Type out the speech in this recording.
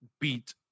beat